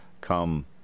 come